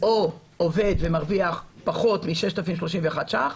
או עובד ומרוויח פחות מ-6,031 שקל,